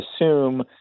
assume